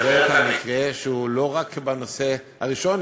ודאי כשאת מדברת על מקרה שהוא לא רק בנושא הראשון,